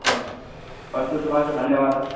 अस्तु अस्तु सुभाष धन्यवादः